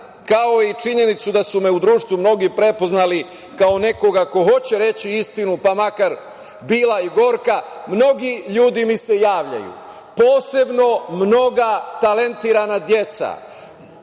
kao i činjenicu da su me u društvu mnogi prepoznali kao nekoga ko hoće reći istinu, pa makar bila i gorka, mnogi ljudi mi se javljaju, posebno mnoga talentovana deca.